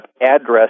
address